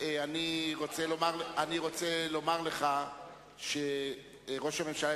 אני רוצה לומר לך שראש הממשלה,